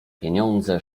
pieniądze